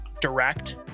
direct